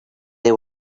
they